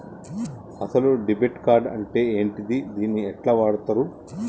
అసలు debit card అంటే ఏంటిది? దీన్ని ఎట్ల వాడుతరు?